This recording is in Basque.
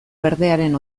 berdearen